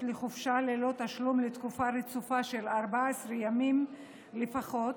לחופשה ללא תשלום לתקופה רצופה של 14 ימים לפחות